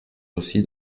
aussi